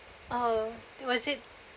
oh was it